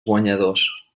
guanyadors